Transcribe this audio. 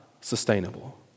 sustainable